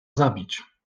zabić